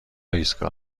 ایستگاه